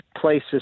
place's